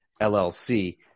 LLC